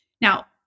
Now